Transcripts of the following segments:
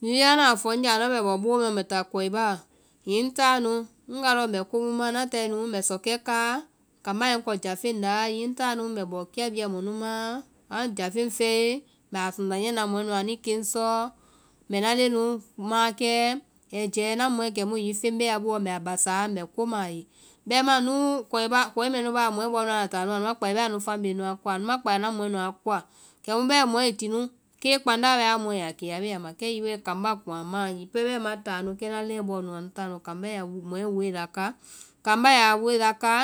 hiŋi anda a fɔ ŋ nye andɔ mbɛ táa kɔi baɔ, hiŋi ŋ taa nu, ŋ woa lɔɔ mbɛ komu ma, ŋna tae nu mbɛ sɔka káa, kambá yɛ ŋ kɔ jáfeŋ la. hiŋi ŋ táa nu mbɛ bɔ kia bia mɔ nu maa, na jáfeŋ fɛe mbɛ a sunda niyɛ na mɔɛ nuã anui keŋ sɔɔ. mbɛ na leŋɛ nu maãkɛɛ, ai jɛɛ na mɔɛ kɛmu hiŋi feŋ bee a booɔ mbɛ a basa mbɛ ko ma a ye. Bɛima núu kɔibaɔ- kɔi mɛnu baɔ mɔɛ bɔɔ nu anda taa nu anu ma kpai bɛɛ anu family nua koa, anu ma kpai anda mɔɛ nua koa. Kɛmu bɛɛ mɔĩ tinu kee kpandáa bɛɛ a mɔɛ ya kɛ a bee a ma, kɛ hiŋi bɛɛ kambá kuŋ a maã hiŋi pɛɛ bɛɛ ma taa nu kɛ na leŋɛ bɔɔ nu a taa nu, kambá ya a mu- mɔɛ a way laka, kambá ya way laka,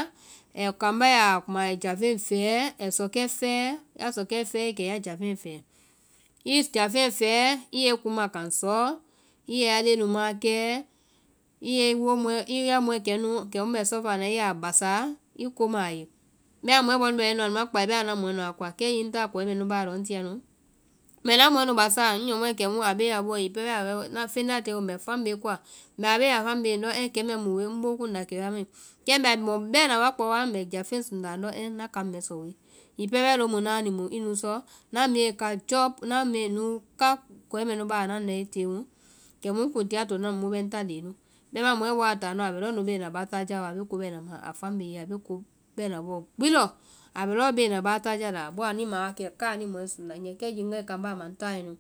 kambá ya a ma ai jáfeŋ fɛɛ, ai sɔkɛ fɛɛ, ya sɔkɛɛ fɛe kɛ ya jáfeŋɛ fɛɛ. I jáfeŋɛ fɛɛ i yɛ i kuŋma kaŋ sɔɔ, i yɛ ya leŋɛ maãkɛɛ. i yɛ i womɔɛ, i ya mɔɛ kɛmu bɛ sɔfana i yaa basa, i ko ma a ye. Bɛima mɔɛ bɔɔ nu bɛ hɛnu anu ma kpai bɛɛ anuã mɔɛ nuã a koa, kɛ hiŋi ŋ taa kɔi mɛnu baɔ ŋ tia nu mbɛ ŋna mɔɛ nu basaa, ŋ nyɔmɔ kɛmu feŋ bee a boo hiŋi pɛɛ na feŋ nda tie ŋ boo mbɛ family kɔa, mbɛ a bea family ye ndɔ ɛɛh kɛmɛ mu woe ŋ boo kuŋnda kɛmɛɛ wa mai. Kɛ mbɛ mɔ bɛ́na wa kpao wa mbɛ jáfeŋ sunda a ndɔ ɛɛh na kaŋ mɛɛ sɔ, hiŋi pɛɛ bɛɛ lomu náani mu i nu sɔ, na minyɛ ká jɔ́, na minyɛe nu ká kɔi mɛ nu baɔ na nae tée mu kɛmu ŋ kuŋ tia tona nu mu bɛ ŋ ta leŋɛ nu. Bɛimaã mɔɛ a ta nu a bɛ lɔɔ bee na bátájaa wa, a bee ko bɛna ma a family. a bee ko bɛna bɔɔ gbi lɔ. bɔɔ anui ma wa kɛ anuĩ mɔɛ sunda níɛ, kɛ hiŋi ŋgae kambá a ma ŋ taa hɛɛ nu